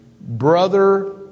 Brother